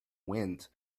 wind